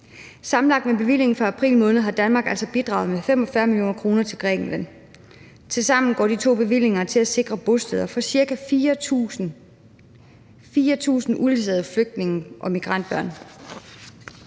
Sammenlagt med bevillingen fra april måned har Danmark altså bidraget med 45 mio. kr. til Grækenland. Til sammen går de to bevillinger til at sikre bosteder for cirka 4.000 uledsagede flygtninge- og migrantbørn.